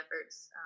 efforts